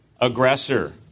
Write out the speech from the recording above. aggressor